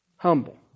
Humble